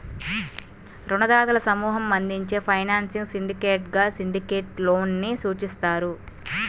రుణదాతల సమూహం అందించే ఫైనాన్సింగ్ సిండికేట్గా సిండికేట్ లోన్ ని సూచిస్తారు